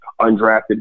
undrafted